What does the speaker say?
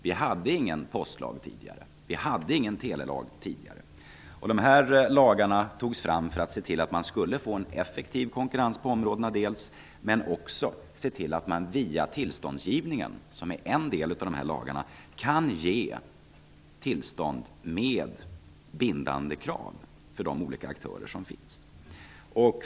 Vi hade tidigare inte någon postlag eller någon telelag. Lagarna togs fram för att man skulle få en effektiv konkurrens på dessa områden, men också för att se till att man via tillståndsgivningen, som är en del av dessa lagar, kan ge tillstånd med bindande krav för de olika aktörer som finns.